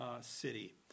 City